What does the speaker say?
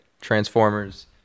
Transformers